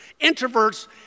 Introverts